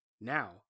Now